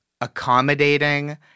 accommodating